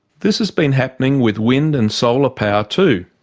this has been happening with wind and solar power too.